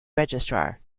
registrar